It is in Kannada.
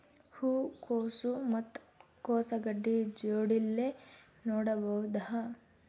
ಹೂ ಕೊಸು ಮತ್ ಕೊಸ ಗಡ್ಡಿ ಜೋಡಿಲ್ಲೆ ನೇಡಬಹ್ದ?